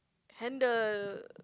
handle